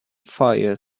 fire